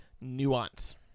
Nuance